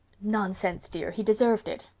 nonsense, dear, he deserved it.